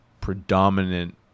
predominant